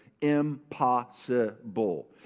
impossible